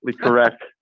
correct